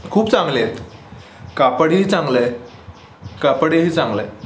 खूप चांगले आहेत कापडही चांगलं आहे कापडही चांगलं आहे